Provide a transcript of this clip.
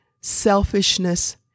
selfishness